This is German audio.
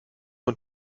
und